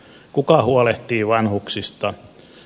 kuka huolehtii vanhuksista